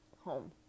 home